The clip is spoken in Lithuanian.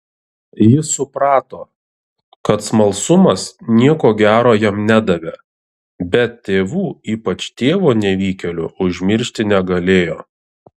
jis suprato kad smalsumas nieko gero jam nedavė bet tėvų ypač tėvo nevykėlio užmiršti negalėjo